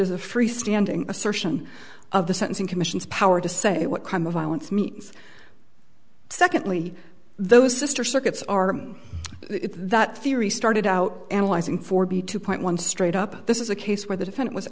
as a freestanding assertion of the sentencing commission's power to say what crime of violence means secondly those sister circuits are that theory started out analyzing forty two point one straight up this is a case where the defendant was